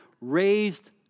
raised